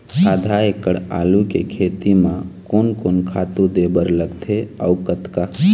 आधा एकड़ आलू के खेती म कोन कोन खातू दे बर लगथे अऊ कतका?